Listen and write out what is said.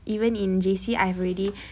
even in J_C I have already